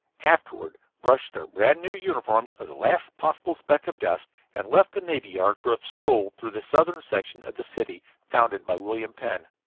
afterward brushed their brand-new uniforms of the last possible speck of dust, and left the navy yard for a stroll through the southern section of the city founded by william penn.